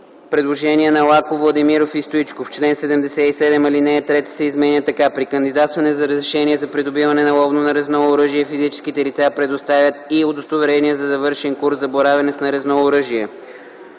Предложение на Лаков, Владимиров и Стоичков: „1. В чл. 77, ал. 3, се изменя така: „(3) При кандидатстване за разрешение за придобиване на ловно нарезно оръжие физическите лица представят и удостоверение за завършен курс за боравене с нарезно оръжие.